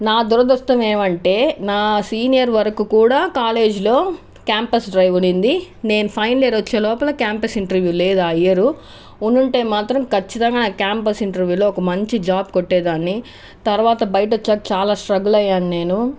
నా దురదృష్టం ఏమంటే నా సీనియర్ వరకు కూడా కాలేజ్లో క్యాంపస్ డ్రైవ్ ఉన్నది నేను ఫైనల్ ఇయర్ వచ్చే లోపల క్యాంపస్ ఇంటర్వూ లేదు ఆ ఇయర్ ఉనుంటే మాత్రం ఖచ్చితంగా నాకు క్యాంపస్ ఇంటర్వూలో ఒక మంచి జాబ్ కొట్టేదాన్ని తర్వాత బయట చ చ చాలా స్ట్రగుల్ అయ్యాను